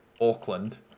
Auckland